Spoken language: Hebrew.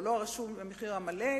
או לא רשום המחיר המלא,